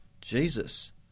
Jesus